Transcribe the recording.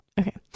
Okay